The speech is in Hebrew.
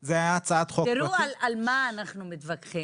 תראו על מה אנחנו מתווכחים,